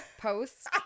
posts